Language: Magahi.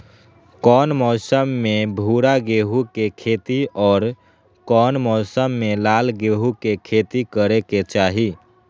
कौन मौसम में भूरा गेहूं के खेती और कौन मौसम मे लाल गेंहू के खेती करे के चाहि?